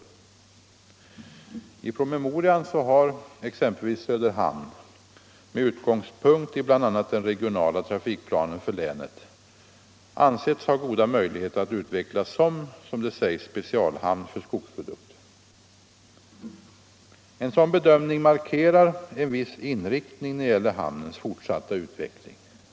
Nr 86 I promemorian har Söderhamn, bl.a. med utgångspunkt i den regionala Torsdagen den trafikplanen för länet, ansetts ha goda möjligheter att utvecklas som spe 18 mars 1976 cialhamn för skogsprodukter. Den bedömningen markerar en viss in= LL riktning när det gäller hamnens fortsatta utveckling.